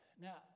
Now